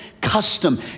custom